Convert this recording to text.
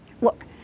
Look